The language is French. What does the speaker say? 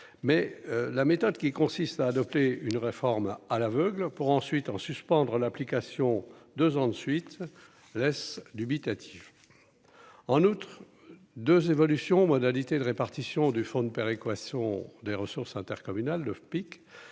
mais la méthode qui consiste à adopter une réforme à l'aveugle pour ensuite en suspendre l'application 2 ans de suite laisse dubitatif en août 2 évolutions modalités de répartition du fonds de péréquation des ressources intercommunales le FPIC